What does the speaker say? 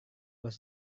was